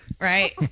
Right